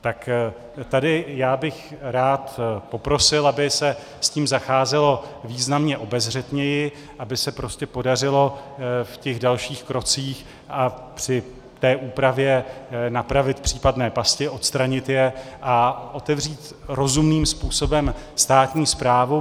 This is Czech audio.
Tak tady bych rád poprosil, aby se s tím zacházelo významně obezřetněji, aby se podařilo v těch dalších krocích a při té úpravě napravit případné pasti, odstranit je a otevřít rozumným způsobem státní správu.